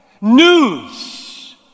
News